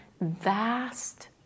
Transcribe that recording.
vast